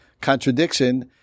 contradiction